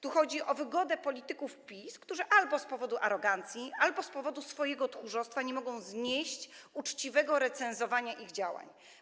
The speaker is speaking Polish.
Tu chodzi o wygodę polityków PiS, którzy albo z powodu arogancji, albo z powodu swojego tchórzostwa nie mogą znieść uczciwego recenzowania ich działań.